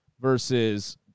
versus